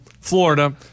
Florida